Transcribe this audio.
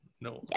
No